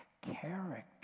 character